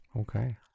Okay